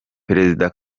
perezida